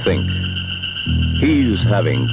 think he's having